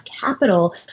capital